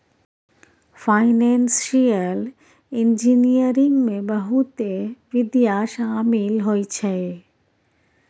financial engineering में बहुते विधा शामिल होइ छै